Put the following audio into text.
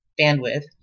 bandwidth